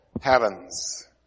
heavens